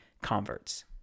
converts